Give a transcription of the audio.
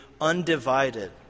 undivided